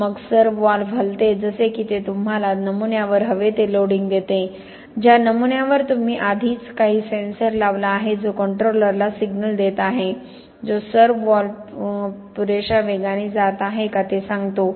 मग सर्व्हव्हॉल्व्ह हलते जसे की ते तुम्हाला नमुन्यावर हवे ते लोडिंग देते ज्या नमुन्यावर तुम्ही आधीच काही सेन्सर लावला आहे जो कंट्रोलरला सिग्नल देत आहे जो सर्व्होव्हॉल्व्ह पुरेशा वेगाने जात आहे का ते सांगतो